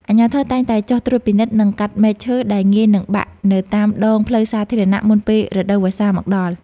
អាជ្ញាធរតែងតែចុះត្រួតពិនិត្យ និងកាត់មែកឈើដែលងាយនឹងបាក់នៅតាមដងផ្លូវសាធារណៈមុនពេលរដូវវស្សាមកដល់។